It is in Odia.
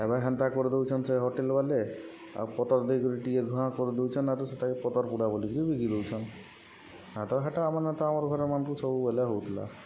ଏବେ ହେନ୍ତା କରିଦଉଛନ୍ ସେ ହୋଟେଲ ବାଲେ ଆଉ ପତର ଦେଇକରି ଟିକେ ଧୂଆଁ କରିଦଉଛନ୍ ଆରୁ ସେତାଗି ପତର ପୋଡ଼ା ବୋଲିକି ବିକି ଦଉଛନ୍ ନା ତ ହେଟା ଆମେମାନେ ତ ଆମ ଘରେମାନଙ୍କୁ ସବୁବେଲେ ହଉଥିଲା